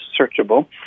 searchable